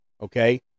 okay